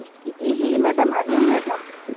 जी जी मैडम हरिओम मैडम